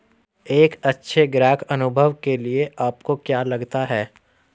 एक अच्छे ग्राहक अनुभव के लिए आपको क्या लगता है?